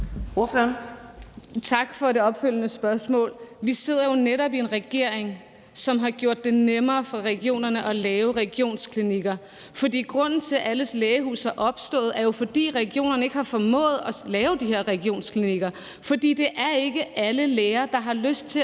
Tak for det opfølgende spørgsmål. Vi sidder jo netop i en regering, som har gjort det nemmere for regionerne at lave regionsklinikker. Grunden til, at alles Lægehus er opstået, er, at regionerne ikke har formået at lave de her regionsklinikker. Det er ikke alle læger, der har lyst til